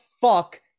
fuck